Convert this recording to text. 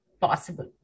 possible